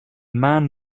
man